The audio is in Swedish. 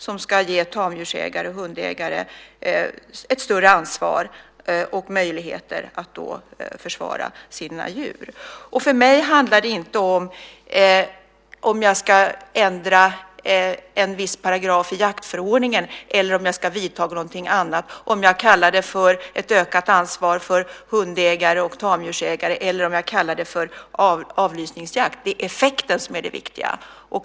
Det ska ge tamdjursägare och hundägare ett större ansvar och möjlighet att försvara sina djur. För mig handlar det inte om om jag ska ändra en viss paragraf i jaktförordningen eller om jag ska vidta någonting annat, om jag kallar det för ett ökat ansvar för hundägare och tamdjursägare eller om jag kallar det för avlysningsjakt. Det är effekten som är det viktiga.